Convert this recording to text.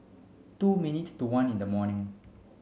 two minutes to one in the morning